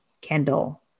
Kendall